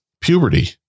puberty